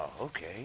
okay